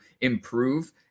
improve